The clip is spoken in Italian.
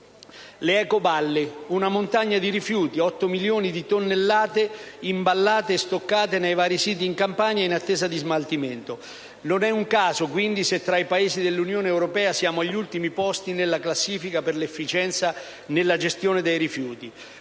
Le ecoballe, una montagna di rifiuti di otto milioni di tonnellate, sono imballate e stoccate nei vari siti in Campania in attesa di smaltimento. Non è un caso se tra i Paesi dell'Unione europea siamo agli ultimi posti nella classifica per l'efficienza nella gestione dei rifiuti.